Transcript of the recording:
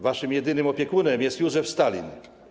Waszym jedynym opiekunem jest Józef Stalin.